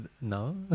No